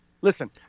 listen